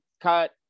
cut